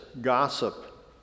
gossip